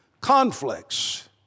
conflicts